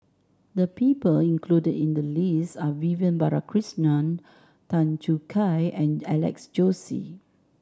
the people included in the list are Vivian Balakrishnan Tan Choo Kai and Alex Josey